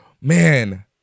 man